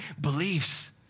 beliefs